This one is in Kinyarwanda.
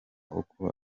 uko